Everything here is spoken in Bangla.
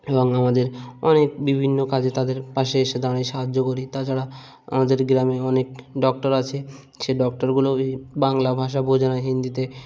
এবং আমাদের অনেক বিভিন্ন কাজে তাদের পাশে এসে দাঁড়িয়ে সাহায্য করি তাছাড়া আমাদের গ্রামে অনেক ডক্টর আছে সে ডক্টরগুলো এই বাংলা ভাষা বোঝে না হিন্দিতে